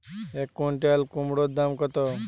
এক কুইন্টাল কুমোড় দাম কত?